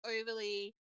overly